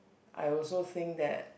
I also think that